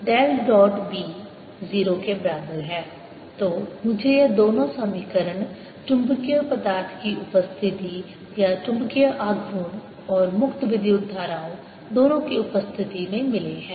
B0 तो मुझे ये दोनों समीकरण चुंबकीय पदार्थ की उपस्थिति या चुंबकीय आघूर्ण और मुक्त विद्युत धाराओं दोनों की उपस्थिति में मिले हैं